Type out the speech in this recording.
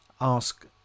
ask